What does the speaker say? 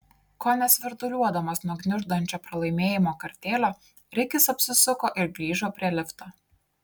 kone svirduliuodamas nuo gniuždančio pralaimėjimo kartėlio rikis apsisuko ir grįžo prie lifto